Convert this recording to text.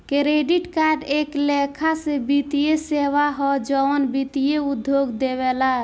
credit card एक लेखा से वित्तीय सेवा ह जवन वित्तीय उद्योग देवेला